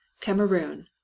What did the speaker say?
cameroon